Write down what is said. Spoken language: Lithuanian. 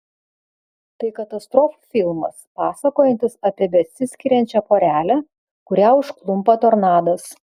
tai katastrofų filmas pasakojantis apie besiskiriančią porelę kurią užklumpa tornadas